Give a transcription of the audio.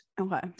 Okay